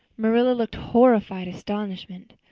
marilla looked horrified astonishment.